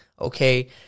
Okay